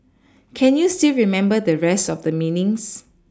can you still remember the rest of the meanings